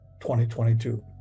2022